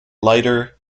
lighter